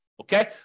Okay